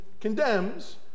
condemns